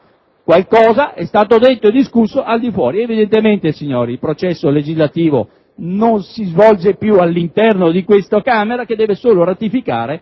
Qualcosa è stato detto e discusso al di fuori. Evidentemente, signori, il processo legislativo non si svolge più all'interno di questa Camera che deve solo ratificare